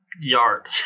yard